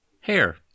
Hair